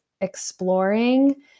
exploring